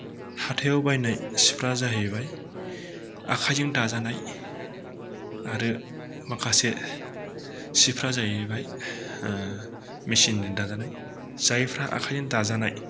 हाथायाव बायनाय सिफोरा जाहैबाय आखायजों दाजानाय आरो माखासे सिफोरा जाहैबाय मिसिनजों दाजानाय जायफ्रा आखायजों दाजानाय